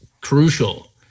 crucial